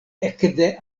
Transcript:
ekde